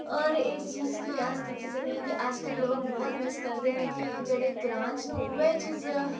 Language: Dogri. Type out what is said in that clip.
होर इस चीज गी अस दिक्खी सकने आं कि अज्जकल लोक बोह्त मिस करदे न कि जेह्ड़े ग्रांऽ च न उ'यै एह् चीज